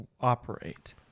operate